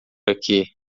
aqui